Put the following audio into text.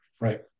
Right